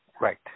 Right